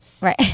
right